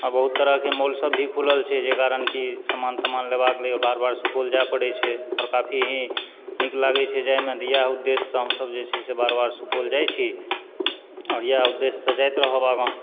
आ बहुत तरहकेँ मॉल सब भी खुलल छै जाहि कारण कि समान तमान लेबाक रहैए बार बार सुपौल जाए पड़ै छै और काफी ही नीक लागै छै जाहिमे तऽ इएह उदेश्यसँ हमसब जे छै से बार बार सुपौल जाइत छी और इएह उदेश्यसँ जाइत रहब आगाँ